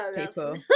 people